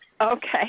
Okay